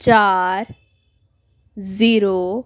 ਚਾਰ ਜ਼ੀਰੋ